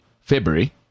February